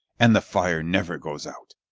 and the fire never goes out.